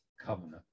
covenant